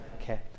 Okay